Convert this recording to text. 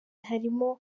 harimo